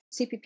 CPP